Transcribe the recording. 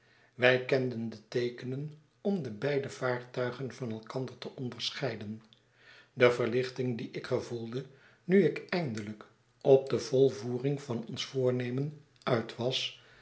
wij kenden de teekenen om de beide vaartuigen van elkander te onderscheiden de verlichting die ik gevoelde nu ikeindelijk op de volvoering van ons voornemen uit was